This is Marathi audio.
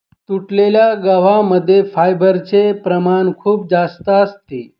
तुटलेल्या गव्हा मध्ये फायबरचे प्रमाण खूप जास्त असते